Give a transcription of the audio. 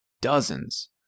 dozens